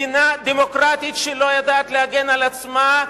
מדינה דמוקרטית שלא יודעת להגן על עצמה,